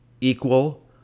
equal